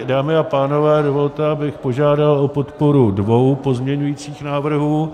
Dámy a pánové, dovolte, abych požádal o podporu dvou pozměňujících návrhů.